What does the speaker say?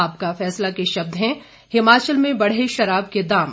आपका फैसला के शब्द हैं हिमाचल में बढ़े शराब के दाम